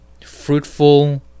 fruitful